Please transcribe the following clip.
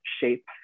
shape